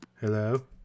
Hello